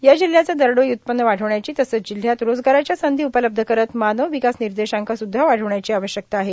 या जिल्ह्याचे दरडोई उत्पन्न वाढविण्याची तसंच जिल्ह्यात रोजगाराच्या संधी उपलब्ध करत मानव विकास निर्देशांक सुध्दा वाढविण्याची आवश्यकता आहे